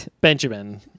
Benjamin